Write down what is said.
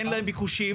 אין להם ביקושים.